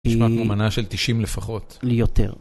נשמעת כמו מנה של 90 לפחות. לי יותר.